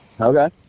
Okay